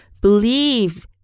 Believe